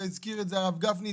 כפי שהזכיר הרב גפני,